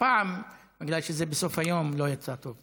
הפעם, בגלל שזה בסוף היום, לא יצא טוב.